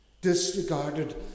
disregarded